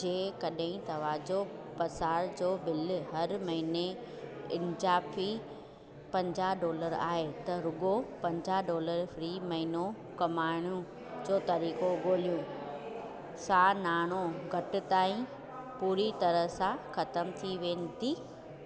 जेकॾहिं तव्हांजो पसार जो बिल हर महीनो ईंजाफी पंजाह डॉलर आहे त रुगो पंजाह डॉलर फ्री महीनो कमायण जो तरीक़ो ॻोल्हण सां नाणो घटिताई पूरी तरह सां ख़त्म थी वेंदी